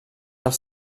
els